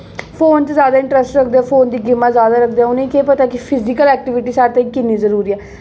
phone च ज्यादा interest रखदे फोन दी गेमां ज्यादा रखदे उ'नेंगी केह् पता कि फिजिकल ऐक्टीविटी साढ़े ताईं किन्नी जरूरी ऐ